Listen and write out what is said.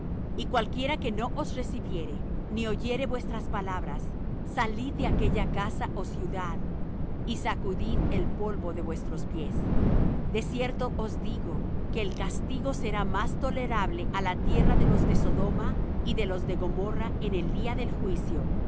y cualquiera que no os recibiere ni oyere vuestras palabras salid de aquella casa ó ciudad y sacudid el polvo de vuestros pies de cierto os digo que el castigo será más tolerable á la tierra de los de sodoma y de los de gomorra en el día del juicio